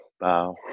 Bow